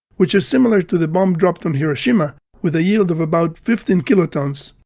which is similar to the bomb dropped on hiroshima with a yield of about fifteen kilotons.